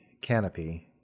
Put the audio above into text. canopy